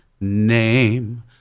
name